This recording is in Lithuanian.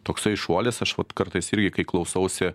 toksai šuolis aš vat kartais irgi kai klausausi